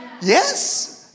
Yes